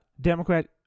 Democrat